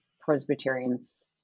presbyterian's